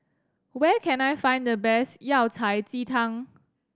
where can I find the best Yao Cai ji tang